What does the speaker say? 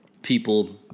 people